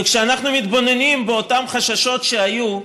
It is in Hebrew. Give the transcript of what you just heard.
וכשאנחנו מתבוננים באותם חששות שהיו,